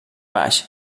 baix